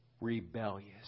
rebellious